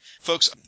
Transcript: Folks